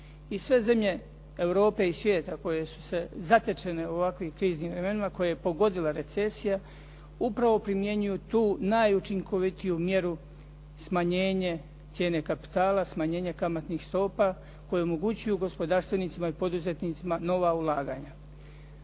I sve zemlje Europe i svijeta koje su zatečene u ovakvim kriznim vremenima, koje je pogodila recesija upravo primjenjuju tu najučinkovitiju mjeru smanjenje cijene kapitala, smanjenje kamatnih stopa koje omogućuju gospodarstvenicima i poduzetnicima nova ulaganja.